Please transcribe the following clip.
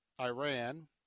Iran